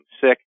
sick